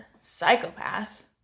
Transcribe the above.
psychopath